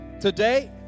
today